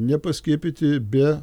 nepaskiepyti be